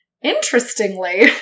Interestingly